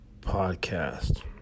Podcast